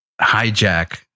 hijack